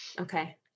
Okay